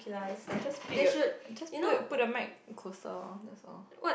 just speak your~ just put put the mic closer lor that's all